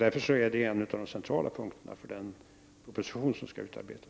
Därför är detta en av de centrala punkterna för den proposition som skall utarbetas.